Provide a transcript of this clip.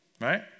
Right